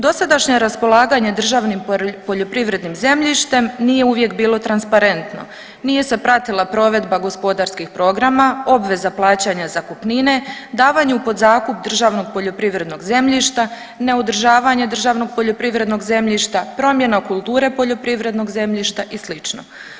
Dosadašnja raspolaganja državnim poljoprivrednim zemljištem nije uvijek bilo transparentno, nije se pratila provedba gospodarskih programa, obveza plaćanja zakupnine, davanju pod zakup državnog poljoprivrednog zemljišta, neodržavanje državnog poljoprivrednog zemljišta, promjena kulture poljoprivrednog zemljišta i sl.